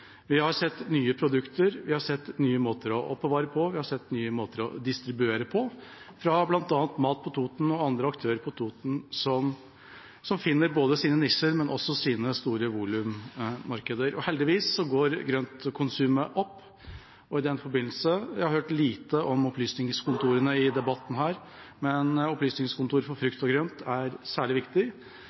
Vi har sett nye produkter. Vi har sett nye måter å oppbevare på. Vi har sett nye måter å distribuere på, bl.a. fra Mat fra Toten og andre aktører på Toten, som finner både sine nisjer og sine store volummarkeder. Heldigvis går grøntkonsumet opp. I den forbindelse: Jeg har hørt lite om opplysningskontorene i debatten her, men Opplysningskontoret for frukt og grønt er særlig viktig.